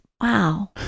wow